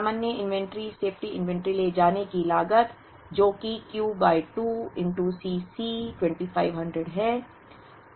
सामान्य inventory safety inventory ले जाने की लागत जो कि Q बाय 2 Cc 2500 है